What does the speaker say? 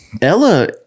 Ella